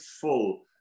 full